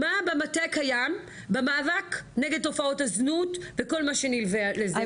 מה במטה קיים במאבק נגד תופעות הזנות וכל מה שנלווה לזה,